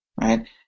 right